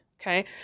Okay